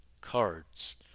cards